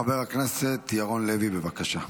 חבר הכנסת ירון לוי, בבקשה.